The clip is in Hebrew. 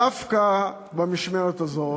דווקא במשמרת הזאת,